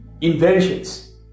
inventions